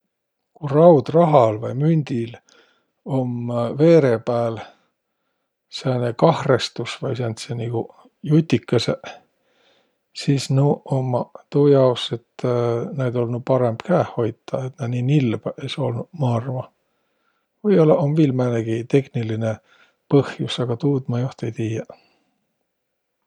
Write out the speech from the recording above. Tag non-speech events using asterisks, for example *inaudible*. Ku raudrahal vai mündil um veere pääl kahrõstus vai sääntseq nigu jutikõsõq, sis nuuq ummaq tuujaos, et *hesitation* naid olnuq parõmb käeh hoitaq, et naaq nii nilbõq es olnuq, ma arva. Või-ollaq um viil määnegi tekniline põhjus, a tuud ma joht ei tiiäq.